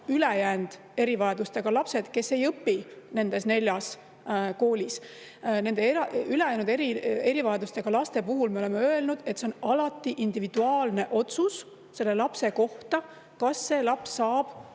ülejäänud erivajadustega lapsed, kes ei õpi nendes neljas koolis. Nende ülejäänud erivajadustega laste puhul me oleme öelnud, et see on alati individuaalne otsus [konkreetse] lapse kohta, kas see laps saab